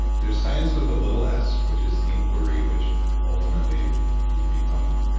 there's science with a little s which is inquiry, which ultimately you become.